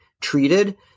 treated